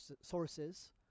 sources